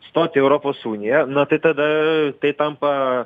stoti į europos uniją na tada tai tampa